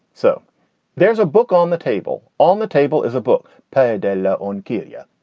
so there's a book on the table. on the table is a book payday loan kildea.